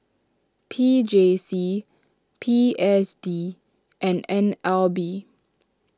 P J C P S D and N L B